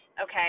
Okay